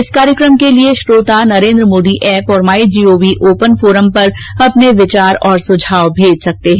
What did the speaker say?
इस कार्यकम के लिए श्रोता नरेन्द्र मोदी एप और my G O V open forum पर अपने विचार और सुझाव भेज सकते हैं